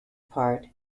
part